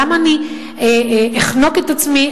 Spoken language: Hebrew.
למה אני אחנוק את עצמי,